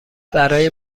برای